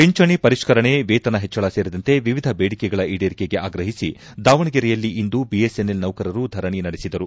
ಪಿಂಚಣಿ ಪರಿಷ್ಠರಣೆ ವೇತನ ಹೆಚ್ಚಳ ಸೇರಿದಂತೆ ವಿವಿಧ ಬೇಡಿಕೆಗಳ ಈಡೇರಿಕೆಗೆ ಆಗ್ರಒಸಿ ದಾವಣಗೆರೆಯಲ್ಲಿಂದು ಬಿಎಸ್ಎನ್ಎಲ್ ನೌಕರರು ಧರಣಿ ನಡೆಸಿದರು